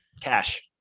cash